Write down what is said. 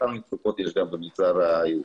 אותן מצוקות יש גם במגזר היהודי.